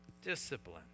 Discipline